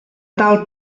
tal